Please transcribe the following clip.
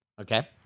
Okay